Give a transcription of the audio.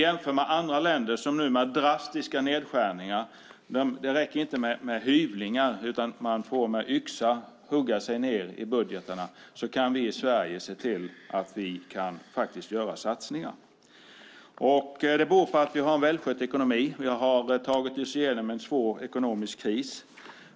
När andra länder måste göra drastiska nedskärningar - det räcker inte med hyvlingar, utan man får med yxa hugga sig ned i budgetarna - kan vi i Sverige göra satsningar. Det beror på att vi har en välskött ekonomi. Vi har tagit oss igenom en svår ekonomisk kris.